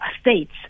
states